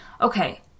Okay